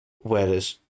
Whereas